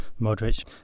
Modric